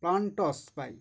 plants পাই